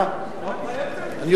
מחויב.